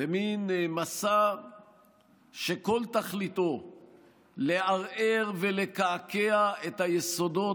במין מסע שכל תכליתו לערער ולקעקע את היסודות